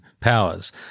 powers